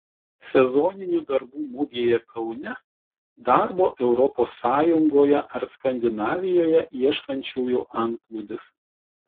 sezoninių darbų mugėje kaune darbo europos sąjungoje ar skandinavijoje ieškančiųjų antplūdis